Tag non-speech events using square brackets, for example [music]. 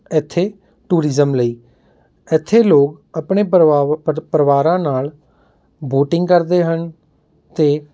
ਇੱਥੇ ਟੂਰਿਜ਼ਮ ਲਈ ਇੱਥੇ ਲੋਕ ਆਪਣੇ ਪਰਿਵਾਰ [unintelligible] ਪਰਿਵਾਰਾਂ ਨਾਲ ਬੋਟਿੰਗ ਕਰਦੇ ਹਨ ਅਤੇ